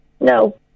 No